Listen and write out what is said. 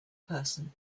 person